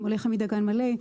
כמו לחם מדגן מלא,